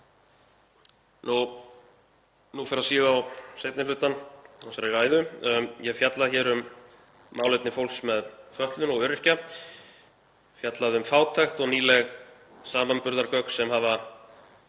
Nú fer að síga á seinni hlutann í þessari ræðu. Ég hef fjallað hér um málefni fólks með fötlun og öryrkja, fjallað um fátækt og nýleg samanburðargögn sem hafa